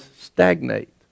stagnate